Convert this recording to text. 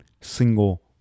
single